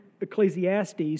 Ecclesiastes